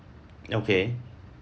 okay